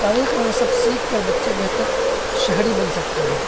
تاریخ میں سب سیکھ کر بچے بہتر شہری بن سکتے ہیں